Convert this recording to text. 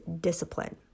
discipline